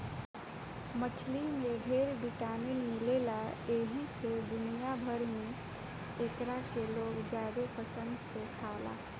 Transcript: मछली में ढेर विटामिन मिलेला एही से दुनिया भर में एकरा के लोग ज्यादे पसंद से खाला